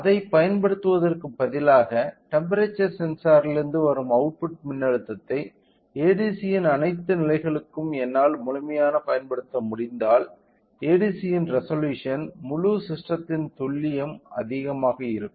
அதைப் பயன்படுத்துவதற்குப் பதிலாக டெம்ப்பெரேச்சர் சென்சாரிலிருந்து வரும் அவுட்புட் மின்னழுத்தத்தை ADCயின் அனைத்து நிலைகளுக்கும் என்னால் முழுமையான பயன்படுத்த முடிந்தால் ADCயின் ரெசொலூஷன் முழு ஸிஸ்டெத்தின் துல்லியம் அதிகமாக இருக்கும்